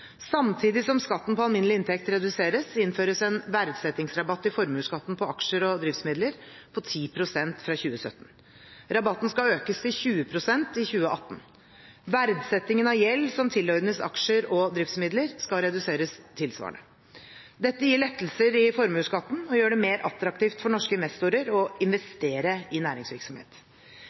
Samtidig som skatten på alminnelig inntekt reduseres, innføres en verdsettingsrabatt i formuesskatten på aksjer og driftsmidler på 10 pst. fra 2017. Rabatten skal økes til 20 pst. i 2018. Verdsettingen av gjeld som tilordnes aksjer og driftsmidler, skal reduseres tilsvarende. Dette gir lettelser i formuesskatten og gjør det mer attraktivt for norske investorer å investere i næringsvirksomhet.